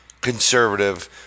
conservative